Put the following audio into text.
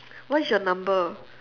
what is your number